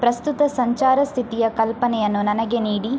ಪ್ರಸ್ತುತ ಸಂಚಾರ ಸ್ಥಿತಿಯ ಕಲ್ಪನೆಯನ್ನು ನನಗೆ ನೀಡಿ